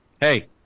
hey